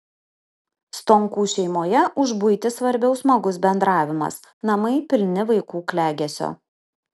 stonkų šeimoje už buitį svarbiau smagus bendravimas namai pilni vaikų klegesio